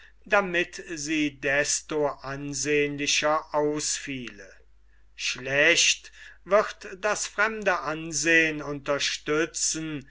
damit sie desto ansehnlicher ausfiele schlecht wird das fremde ansehn unterstützen